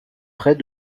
près